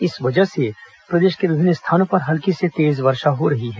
इस वजह से प्रदेश के विभिन्न स्थानों पर हल्की से तेज वर्षा हो रही है